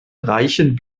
reichen